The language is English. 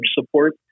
support